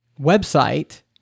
website